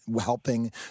helping